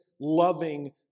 loving